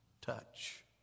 touch